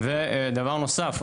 דבר נוסף,